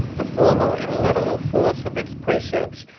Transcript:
the formal and literal force of its precepts,